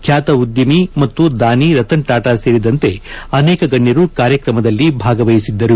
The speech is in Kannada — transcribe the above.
ಖ್ಯಾತ ಉದ್ದಿಮಿ ಮತ್ತು ದಾನಿ ರತನ್ ಟಾಟಾ ಸೇರಿದಂತೆ ಅನೇಕ ಗಣ್ಣರು ಕಾರ್ಯಕ್ರಮದಲ್ಲಿ ಭಾಗವಹಿಸಿದ್ದರು